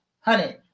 honey